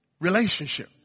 relationship